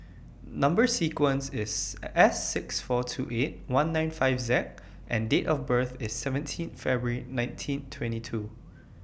Number sequence IS S six four two eight one nine five Z and Date of birth IS seventeen February nineteen twenty two